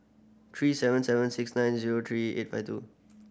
three seven seven six nine zero three eight five two